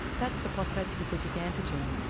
that's the prostate specific antigen,